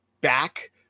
back